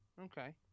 Okay